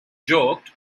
joked